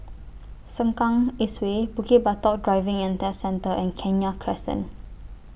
Sengkang East Way Bukit Batok Driving and Test Centre and Kenya Crescent